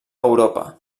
europa